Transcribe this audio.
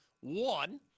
One